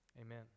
Amen